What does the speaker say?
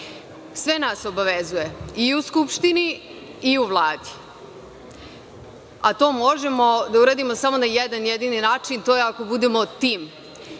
Sve nas obavezuje i u Skupštini i u Vladi, a to možemo da uradimo samo na jedan jedini način, a to je ako budemo tim.